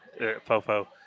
Fofo